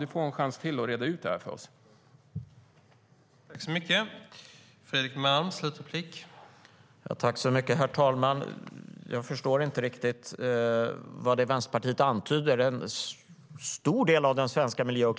Du får en chans till att reda ut detta för oss!